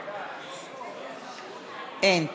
אין.